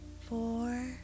four